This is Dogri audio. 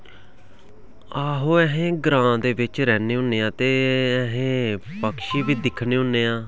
आहो अहें ग्रांऽ दे बेच्च रैह्ने हुन्ने आं ते अहें पक्षी बी दिक्खने हुन्ने आं